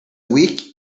week